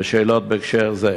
ושאלות בהקשר זה.